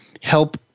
help